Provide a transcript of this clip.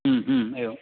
एवं